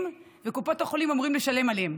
וקופות החולים אמורות לשלם עליהם.